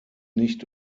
nicht